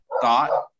thought